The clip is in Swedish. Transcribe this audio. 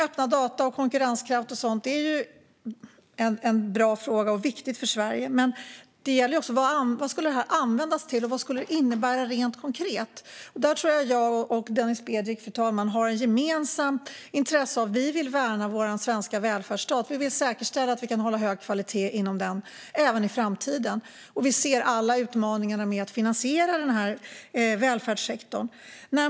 Öppna data och konkurrenskraft är en bra fråga och viktig för Sverige. Men vad skulle dessa data användas till, och vad skulle det innebära rent konkret? Där tror jag, fru talman, att jag och Denis Begic har ett gemensamt intresse av att värna vår svenska välfärdsstat. Vi vill säkerställa att vi kan hålla hög kvalitet inom välfärdssektorn även i framtiden, och vi ser alla utmaningarna med att finansiera den.